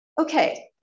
Okay